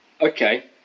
Okay